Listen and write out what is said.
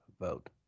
vote